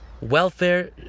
Welfare